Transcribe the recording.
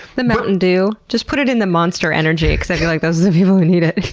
the mountain dew. just put it in the monster energy. cause i feel like those are the people who need it.